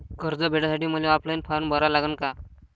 कर्ज भेटासाठी मले ऑफलाईन फारम भरा लागन का?